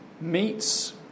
meets